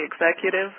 executive